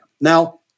Now